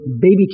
baby